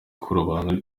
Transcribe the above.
kurobanura